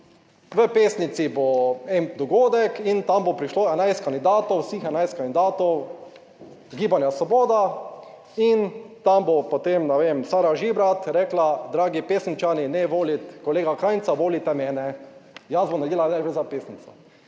v Pesnici bo en dogodek in tam bo prišlo 11 kandidatov, vseh 11 kandidatov Gibanja svoboda in tam bo potem, ne vem, Sara Žibrat rekla, dragi Pesničani, ne voliti kolega Krajnca, volite me ne, jaz bom naredila največ za Pesnico.